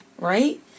right